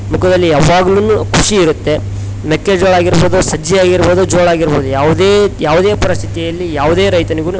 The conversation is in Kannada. ಮುಖದಲ್ಲಿ ಯಾವಾಗ್ಲೂ ಖುಷಿ ಇರುತ್ತೆ ಮೆಕ್ಕೆಜೋಳ ಆಗಿರ್ಬೋದು ಸಜ್ಜೆ ಆಗಿರ್ಬೋದು ಜೋಳ ಆಗಿರ್ಬೋದು ಯಾವುದೇ ಯಾವ್ದೇ ಪರಿಸ್ಥಿತಿಯಲ್ಲಿ ಯಾವುದೇ ರೈತನಿಗು